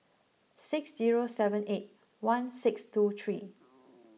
six zero seven eight one six two three